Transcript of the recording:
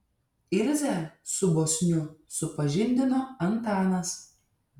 ilzę su bosniu supažindino antanas